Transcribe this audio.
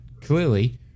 clearly